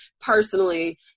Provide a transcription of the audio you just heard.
personally